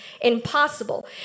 impossible